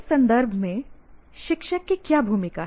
इस संदर्भ में शिक्षक की क्या भूमिका है